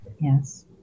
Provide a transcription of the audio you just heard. Yes